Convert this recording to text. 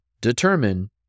determine